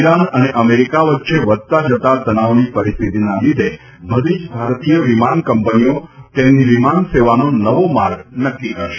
Iran અને America વચ્ચે વધતા જતા તનાવની પરિસ્થિતિના લીધે બધી જ ભારતીય વિમાન કંપનીઓ તેમની વિમાન સેવાનો નવો માર્ગ નક્કી કરશે